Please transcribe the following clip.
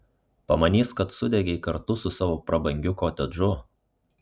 pamanys kad sudegei kartu su savo prabangiu kotedžu